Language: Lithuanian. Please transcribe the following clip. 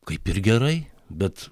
kaip ir gerai bet